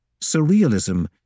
Surrealism